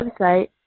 website